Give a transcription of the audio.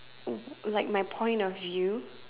w~ like my point of view